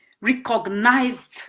recognized